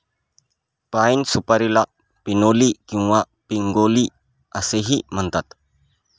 पाइन सुपारीला पिनोली किंवा पिग्नोली असेही म्हणतात